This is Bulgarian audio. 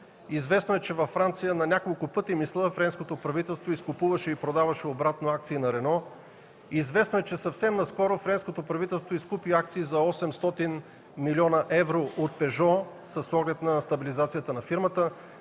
Известно е, че във Франция на няколко пъти мисля френското правителство изкупуваше и продаваше обратно акции на „Рено”. Известно е, че съвсем наскоро френското правителство изкупи акции за 800 млн. евро от „Пежо” с оглед на стабилизацията на фирмата,